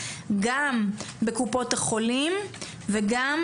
גם בקופות החולים וגם